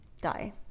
die